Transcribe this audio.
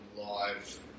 live